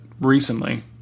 recently